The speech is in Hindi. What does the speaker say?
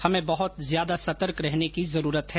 हमें बहुत ज्यादा सतर्क रहने की जरूरत है